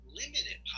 limited